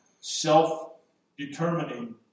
self-determining